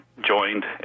joined